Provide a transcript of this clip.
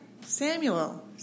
Samuel